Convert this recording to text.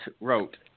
wrote